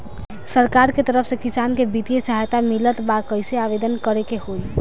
सरकार के तरफ से किसान के बितिय सहायता मिलत बा कइसे आवेदन करे के होई?